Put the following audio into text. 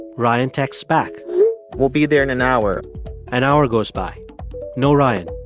ryan texts back we'll be there in an hour an hour goes by no ryan.